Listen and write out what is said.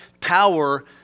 power